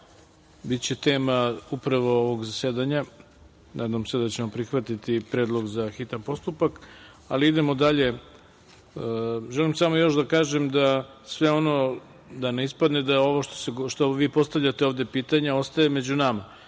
biće tema upravo ovog zasedanja, nadamo se da ćemo prihvatiti Predlog za hitan postupak, ali idemo dalje. Želim samo još da kažem da sve ono, da ne ispadne da ovo što vi postavljate ovde pitanja ostaje među nama.